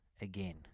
again